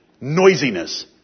Noisiness